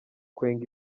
kwenga